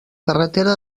carretera